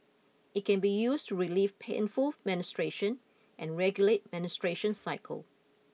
it can be used to relieve painful menstruation and regulate menstruation cycle